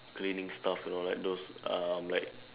cleaning stuff you know like those um like